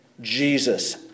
Jesus